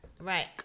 Right